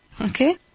Okay